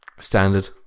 Standard